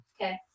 Okay